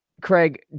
Craig